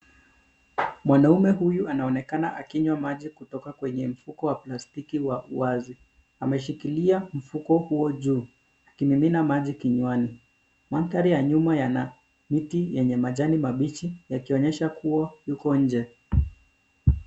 Mwanaume huyu anaonekana akinywa maji kutoka kwenye mfuko wa plastiki wa uwasi ameshikilia mfuko huo juu akimimina maji kinywani mandhari ya nyuma yana miti yenye majani mabichi yakionyesha kuwa yuko nje.